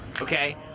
Okay